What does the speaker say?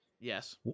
Yes